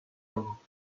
owo